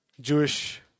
Jewish